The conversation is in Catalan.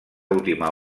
última